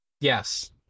Yes